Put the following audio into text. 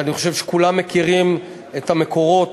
ואני חושב שכולם מכירים את המקורות.